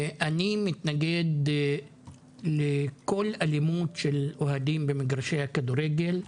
אני מתנגד לכל אלימות של אוהדים במגרשי הכדורגל,